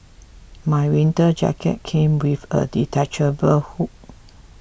my winter jacket came with a detachable hood